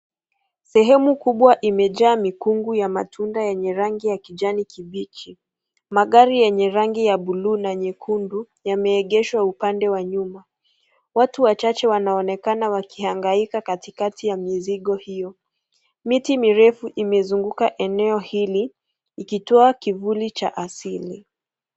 Sehemu kubwa imejaa mikungu ya matunda yenye rangi ya kijani kibichi. Magari yenye rangi ya buluu na nyekundu yameegeshwa upande wa nyuma. Watu wachache wanaonekana wakihangaika katikati ya mizigo hiyo. Miti mirefu imezunguka eneo hili ikitoakivuli cha asili.